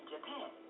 Japan